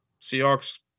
Seahawks